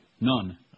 none